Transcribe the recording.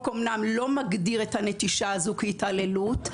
אומנם החוק לא מגדיר את הנטישה הזאת כהתעללות,